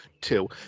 two